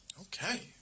Okay